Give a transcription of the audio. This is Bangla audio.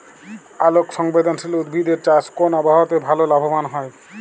আলোক সংবেদশীল উদ্ভিদ এর চাষ কোন আবহাওয়াতে ভাল লাভবান হয়?